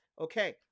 okay